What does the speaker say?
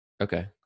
Okay